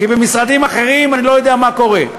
כי במשרדים אחרים אני לא יודע מה קורה,